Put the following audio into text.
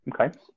Okay